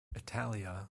italia